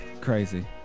crazy